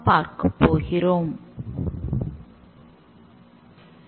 நிறைய மீண்டும் உபயோகிக்கக்கூடிய மற்றும் பயனாளிகளுக்கு ஏற்றவாறு மாற்றக்கூடியதாக உள்ளன